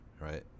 Right